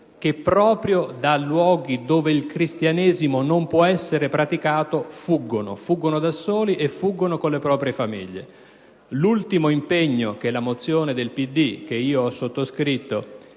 che, proprio da luoghi dove il Cristianesimo non può essere praticato, fuggono da soli o con le proprie famiglie. L'ultimo impegno che la mozione del PD che ho sottoscritto